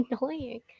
annoying